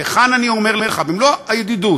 וכאן אני אומר לך, במלוא הידידות,